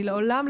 אני לעולם,